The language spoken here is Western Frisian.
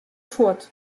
fuort